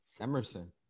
Emerson